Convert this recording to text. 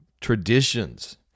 traditions